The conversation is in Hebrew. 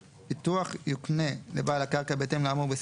אני מבקש מהמדינה לא להפריע.